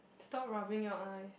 stop rubbing your eyes